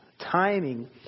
timing